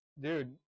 Dude